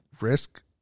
risk